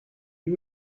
you